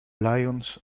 lions